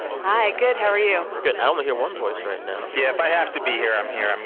hi good. how are you? good. i only hear one voice right now yeah. if i have to be here, i'm here. i'm